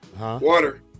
Water